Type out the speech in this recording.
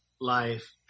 life